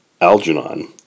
Algernon